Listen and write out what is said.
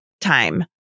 time